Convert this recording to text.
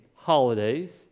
holidays